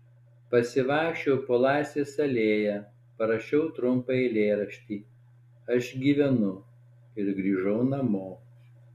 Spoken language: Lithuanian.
pasivaikščiojau po laisvės alėją parašiau trumpą eilėraštį aš gyvenu ir grįžau namo